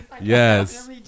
Yes